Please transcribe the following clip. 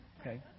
Okay